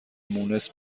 مونس